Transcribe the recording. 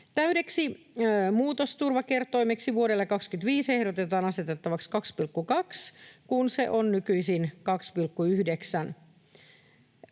Täydeksi muutosturvakertoimeksi vuodelle 25 ehdotetaan asetettavaksi 2,2, kun se on nykyisin 2,9.